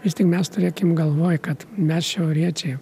vis tik mes turėkim galvoje kad mes šiauriečiai